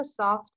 Microsoft